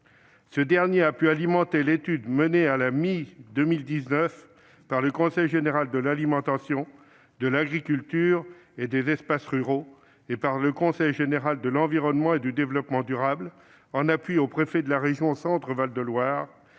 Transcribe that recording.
Ce dernier a pu alimenter l'étude menée à la mi-2019 par le Conseil général de l'alimentation, de l'agriculture et des espaces ruraux et par le Conseil général de l'environnement et du développement durable, en appui au préfet de la région Centre-Val de Loire.